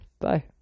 Bye